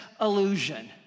illusion